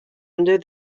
under